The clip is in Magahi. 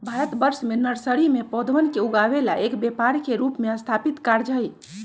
भारतवर्ष में नर्सरी में पौधवन के उगावे ला एक व्यापार के रूप में स्थापित कार्य हई